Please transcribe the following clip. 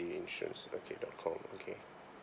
insurance okay dot com okay